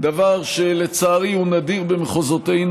דבר שלצערי הוא נדיר במחוזותינו,